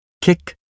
kick